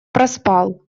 проспал